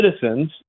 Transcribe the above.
citizens